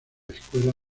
escuela